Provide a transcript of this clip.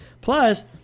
Plus